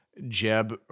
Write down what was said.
jeb